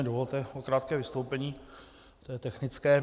Dovolte mi krátké vystoupení technické.